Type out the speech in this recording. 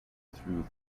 through